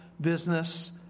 business